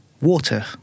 Water